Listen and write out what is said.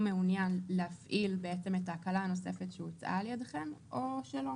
מעוניין להפעיל את ההקלה הנוספת שהוצעה על ידיכם או שלא.